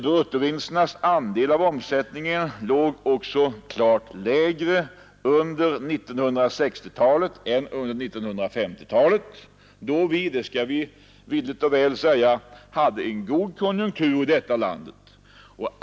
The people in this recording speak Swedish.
Bruttovinsternas andel av omsättningen låg också klart lägre under 1960-talet än under 1950-talet, då vi — det skall vi villigt säga — hade en god konjunktur i detta land.